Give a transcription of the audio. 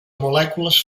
molècules